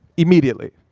immediately.